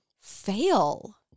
fail